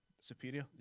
superior